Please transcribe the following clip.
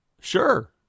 Sure